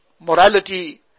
morality